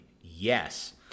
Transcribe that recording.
yes